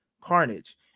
Carnage